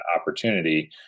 opportunity